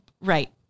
right